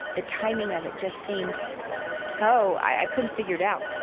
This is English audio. the timing of it just seemed so i couldn't figure it out.